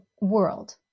world